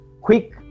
quick